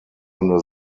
under